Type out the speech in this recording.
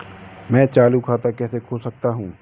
मैं चालू खाता कैसे खोल सकता हूँ?